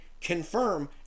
confirm